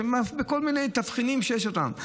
וכל מיני תבחינים שיש אותם.